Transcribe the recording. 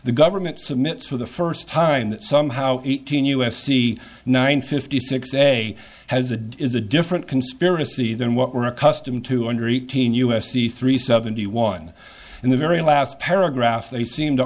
the government submits for the first time that somehow eighteen us c nine fifty six a has a d is a different conspiracy than what we're accustomed to under eighteen u s c three seventy one in the very last paragraph they seem to